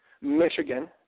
Michigan